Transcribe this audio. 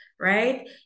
right